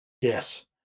Yes